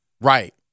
Right